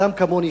אדם כמוני,